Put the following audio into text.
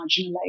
marginalized